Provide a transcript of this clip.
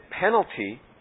penalty